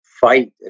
fight